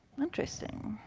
interesting.